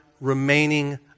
remaining